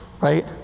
Right